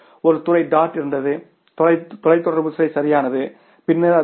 ஒரு துறை DOT இருந்தது தொலைத்தொடர்பு துறை சரியானது பின்னர் அது பி